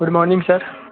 good morning sir